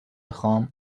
خام